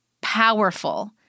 powerful